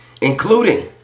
including